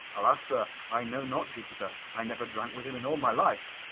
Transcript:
alas, sir, i know not jupiter i never drank with him in all my life.